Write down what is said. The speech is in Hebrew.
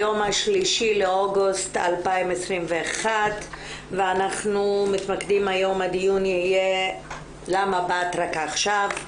היום ה-3 באוגוסט 2021. היום הדיון יהיה בנושא "למה באת רק עכשיו",